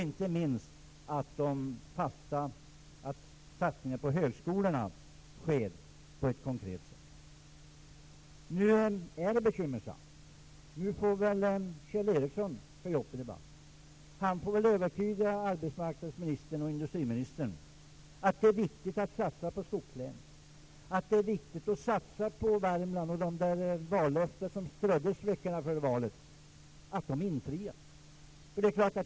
Inte minst vill man att satsningen på högskolorna sker på ett konkret sätt. Nu är det bekymmersamt. Nu får väl Kjell Ericsson, som skall upp till debatt, övertyga arbetsmarknadsministern och industriministern om att det är viktigt att satsa på skogslänen och på Värmland och att det är viktigt att de vallöften som ströddes under veckorna före valet infrias.